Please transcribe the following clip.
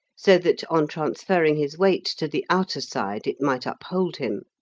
so that on transferring his weight to the outer side it might uphold him.